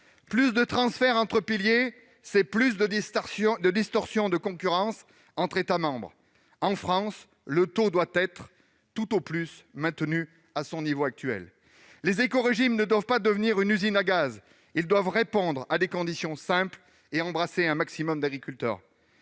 Plus de transferts entre piliers, c'est plus de distorsions de concurrence entre États membres. En France, le taux doit être tout au plus maintenu à son niveau actuel. Les écorégimes ne doivent pas devenir une usine à gaz : ils doivent répondre à des conditions simples et embrasser un maximum d'agriculteurs.